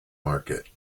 market